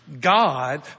God